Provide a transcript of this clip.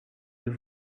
deux